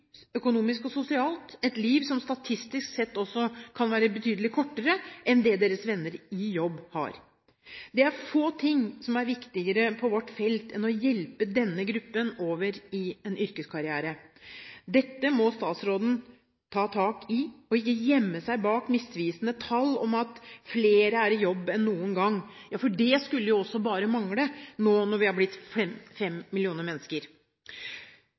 økonomisk og sosialt – et liv som statistisk sett også kan være betydelig kortere – enn det deres venner i jobb har. Det er få ting som er viktigere på vårt felt enn å hjelpe denne gruppen over i en yrkeskarriere. Dette må statsråden ta tak i, og ikke gjemme seg bak misvisende tall og at «flere er i jobb enn noen gang». For det skulle jo også bare mangle nå når vi er blitt 5 millioner mennesker.